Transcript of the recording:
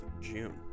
June